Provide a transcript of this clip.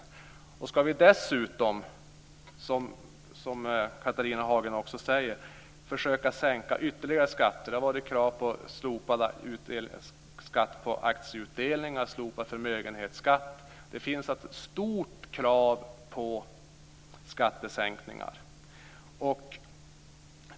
Sedan finns idéer om att, som Catharina Hagen också säger, försöka sänka ytterligare skatter. Det har varit krav på slopad skatt på aktieutdelning och slopad förmögenhetsskatt. Det finns ett stort krav på skattesänkningar.